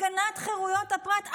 הגנת חירויות הפרט?